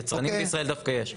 יצרנים בישראל דווקא יש.